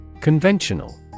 Conventional